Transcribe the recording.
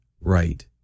right